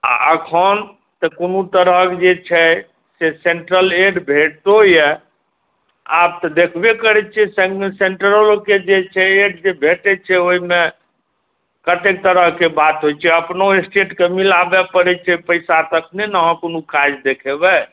आ अखन से कोनो तरहक जे छै से सेन्ट्रल एड भेंटतो यऽ आब तऽ देखबे करै छियै सेण्ट्रलोके जे छै जे भेटै छै ओहिमे कतेक तरहके बात होइ छै अपनो स्टेटके मिलाबै पड़ै छै पैसा तखने ने अहाँ कोनो काज देखेबै